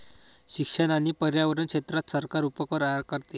शिक्षण आणि पर्यावरण क्षेत्रात सरकार उपकर आकारते